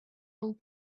old